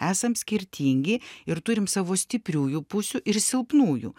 esam skirtingi ir turim savo stipriųjų pusių ir silpnųjų